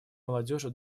молодежи